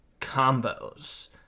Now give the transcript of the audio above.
combos